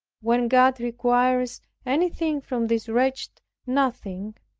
when god requires anything from this wretched nothing,